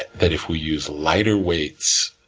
that if we use lighter weights,